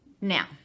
now